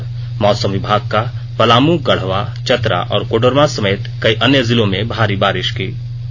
और मौसम विभाग का पलामू गढ़वा चतरा और कोडरमा समेत कई अन्य जिलों में भारी बारिष का अनुमान